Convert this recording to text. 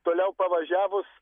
toliau pavažiavus